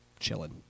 Chilling